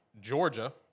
Georgia